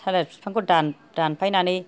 थालिर बिफांखौ दानफायनानै